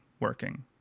working